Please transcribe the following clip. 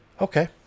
Okay